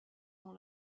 dans